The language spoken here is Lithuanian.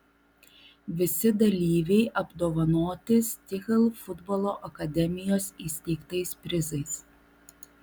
visi dalyviai apdovanoti stihl futbolo akademijos įsteigtais prizais